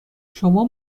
شما